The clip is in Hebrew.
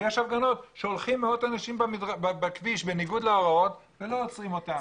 ויש הפגנות שהולכים מאות אנשים בכביש בניגוד להוראות ולא עוצרים אותם.